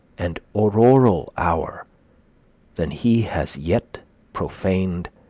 and auroral hour than he has yet profaned,